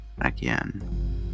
again